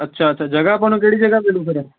ਅੱਛਾ ਅੱਛਾ ਜਗ੍ਹਾ ਆਪਾਂ ਨੂੰ ਕਿਹੜੀ ਜਗ੍ਹਾ ਮਿਲੂ ਫਿਰ